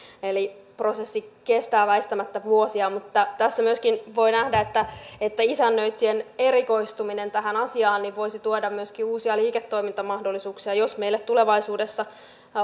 eli prosessi kestää väistämättä vuosia mutta tässä voi nähdä että että isännöitsijöiden erikoistuminen tähän asiaan voisi tuoda myöskin uusia liiketoimintamahdollisuuksia jos meillä tulevaisuudessa